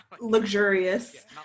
luxurious